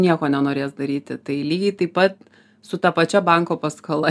nieko nenorės daryti tai lygiai taip pat su ta pačia banko paskola